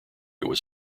was